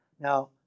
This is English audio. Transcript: Now